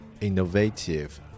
innovative